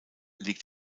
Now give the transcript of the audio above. liegt